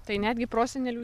tai netgi prosenelių